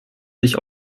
sich